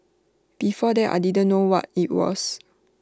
before that I didn't know what IT was